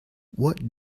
what